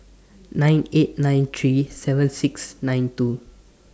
nine eight nine three seven six nine two